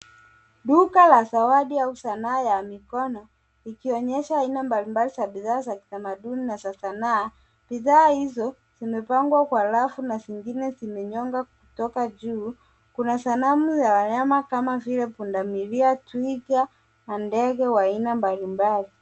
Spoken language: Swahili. Duka la zawadi au sanaa ya mikono ikionyesha aina mbalimbali za bidhaa za kitamaduni na sanaa. Bidhaa hizo zimepangwa kwa rafu na zingine zimenyonga kutoka juu. Kuna sanamu ya wanyama kama vile pundamilia, twiga na ndege wa aina mbalimbali.